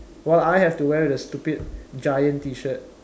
while I have to wear the stupid giant T-shirt